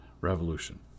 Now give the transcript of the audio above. revolution